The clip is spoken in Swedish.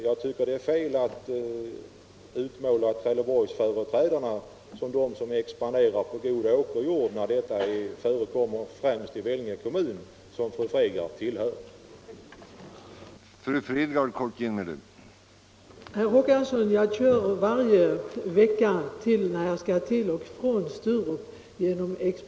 Jag tycker det är fel att utmåla Trelleborgsföreträdarna som dem som vill ta i anspråk god åkerjord när tillväxt av det slaget förekommer inte minst i Vellinge kommun, som fru Fredgardh tillhör, jämte flera andra s.k. centerkommuner.